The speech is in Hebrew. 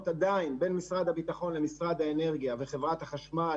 שקיימות עדיין בין משרד הביטחון למשרד האנרגיה וחברת החשמל